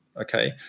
okay